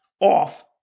off